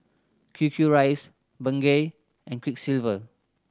Q Q Rice Bengay and Quiksilver